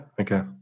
okay